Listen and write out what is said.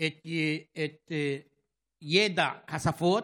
את ידע השפות,